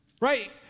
Right